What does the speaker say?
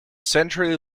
centrally